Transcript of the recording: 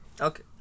okay